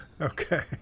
Okay